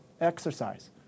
exercise